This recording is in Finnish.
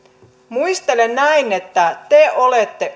muistelen näin että te olette